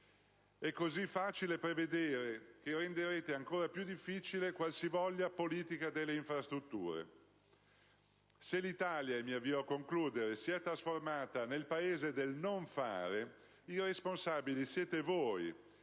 È così facile prevedere che renderete ancora più difficile qualsivoglia politica delle infrastrutture. Se l'Italia si è trasformata nel Paese del non fare, i responsabili siete voi;